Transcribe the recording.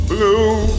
Blue